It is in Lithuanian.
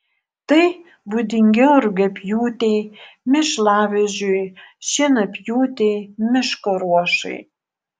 tai būdingiau rugiapjūtei mėšlavežiui šienapjūtei miško ruošai